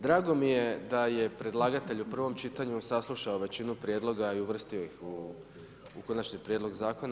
Drago mi je da je predlagatelj u drugom čitanju saslušao većinu prijedloga i uvrstio ih u konačni prijedlog zakona.